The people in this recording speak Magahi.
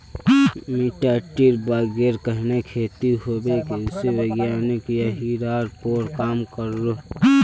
मिटटीर बगैर कन्हे खेती होबे कृषि वैज्ञानिक यहिरार पोर काम करोह